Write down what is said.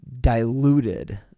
diluted